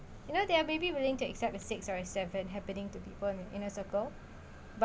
you know they are maybe willing to accept a six or seven happening to people in a circle but